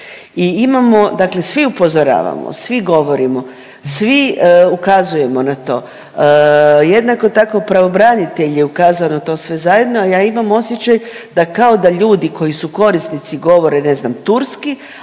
I imamo, dakle svi upozoravamo, svi govorimo, svi ukazujemo na to, jednako tako pravobranitelj je ukazao na to sve zajedno, a ja imam osjećaj da kao da ljudi koji su korisnici govore ne znam turski,